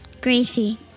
Gracie